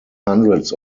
hundreds